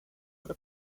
with